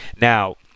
Now